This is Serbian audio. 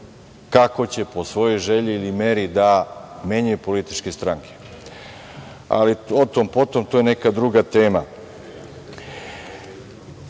kako će, po svojoj želji ili meri da menjaju političke stranke, ali o tom potom, to je neka druga tema. Kao